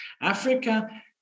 Africa